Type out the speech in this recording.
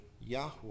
Yahweh